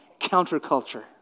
counterculture